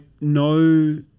no